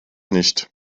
nicht